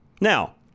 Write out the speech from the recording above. Now